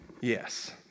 Yes